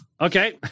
Okay